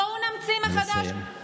בואו נמציא מחדש, נא לסיים.